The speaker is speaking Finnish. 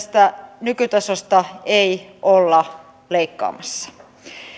että tästä nykytasosta ei olla leikkaamassa